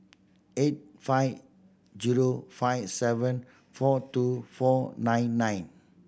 eight five zero five seven four two four nine nine